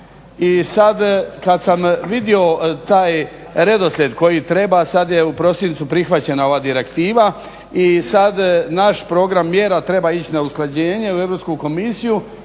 i sada kada sam vidio taj redoslijed koji treba, sada je u prosincu prihvaćena ova direktiva. I sada naš program mjera treba ići na usklađenje u Europsku komisiju